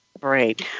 great